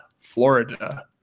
Florida